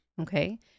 okay